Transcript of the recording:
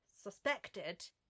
suspected